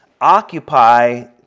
occupy